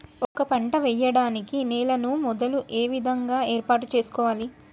ఒక పంట వెయ్యడానికి నేలను మొదలు ఏ విధంగా ఏర్పాటు చేసుకోవాలి?